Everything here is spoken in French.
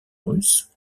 russes